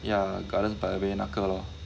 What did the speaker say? ya Gardens by the Bay 那个 lor